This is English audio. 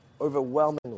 overwhelmingly